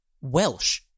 Welsh